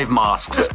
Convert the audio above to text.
masks